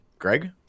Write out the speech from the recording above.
Greg